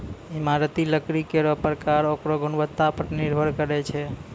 इमारती लकड़ी केरो परकार ओकरो गुणवत्ता पर निर्भर करै छै